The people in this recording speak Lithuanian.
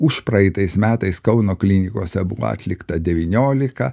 užpraeitais metais kauno klinikose buvo atlikta devyniolika